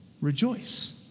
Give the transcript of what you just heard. Rejoice